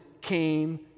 came